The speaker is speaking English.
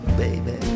baby